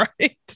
Right